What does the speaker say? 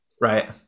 right